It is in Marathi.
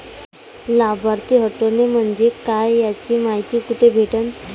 लाभार्थी हटोने म्हंजे काय याची मायती कुठी भेटन?